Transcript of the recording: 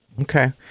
Okay